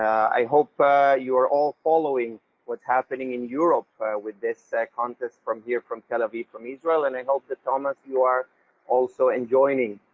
i hope you are all following what's happening in europe with this contest from here, from tel aviv, from israel. and i hope that, thomas, you are also enjoying